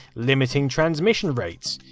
limiting transmission rates.